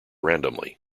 randomly